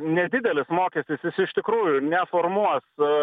nedidelis mokestis jis iš tikrųjų neformuos